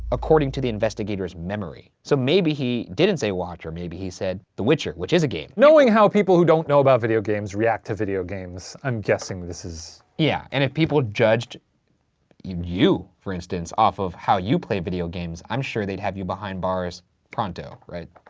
according to the investigator's memory. so maybe he didn't say watcher, maybe he said the witcher, which is a game. knowing how who don't know about video games react to video games, i'm guessing this is. yeah, and if people judged you, for instance, off of how you play video games, i'm sure they'd have behind bars pronto, right?